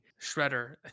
Shredder